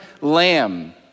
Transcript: lamb